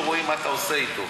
שרואים מה אתה עושה אתו,